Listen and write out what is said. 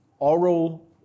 Oral